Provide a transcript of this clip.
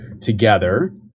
together